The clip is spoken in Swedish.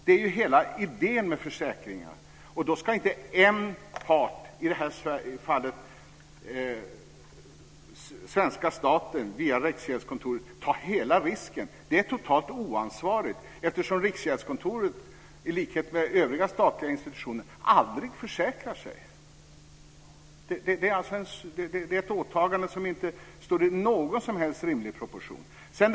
Det är ju hela idén med försäkringar. Och då ska inte en part, i detta fall svenska staten via Riksgäldskontoret, ta hela risken. Det är helt oansvarigt, eftersom Riksgäldskontoret i likhet med övriga statliga institutioner aldrig försäkrar sig. Det är ett åtagande som det inte finns några som helst rimliga proportioner med.